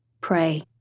Pray